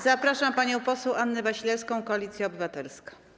Zapraszam panią poseł Annę Wasilewską, Koalicja Obywatelska.